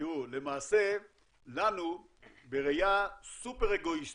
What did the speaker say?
תראו למעשה לנו בראייה סופר אגואיסטית,